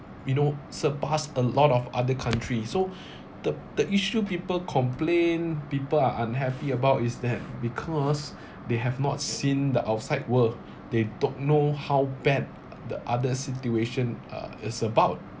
you know surpassed a lot of other countries so the the issue people complain people are unhappy about is that because they have not seen the outside world they don't know how bad the other situation uh is about